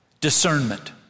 discernment